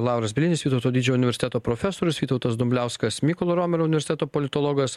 lauras bielinis vytauto didžiojo universiteto profesorius vytautas dumbliauskas mykolo romerio universiteto politologas